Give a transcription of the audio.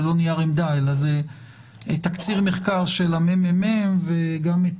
זה לא נייר עמדה אלא זה תקציר מחקר של הממ"מ וגם את